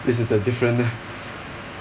this is a different